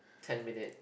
ten minute